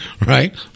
right